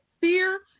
fear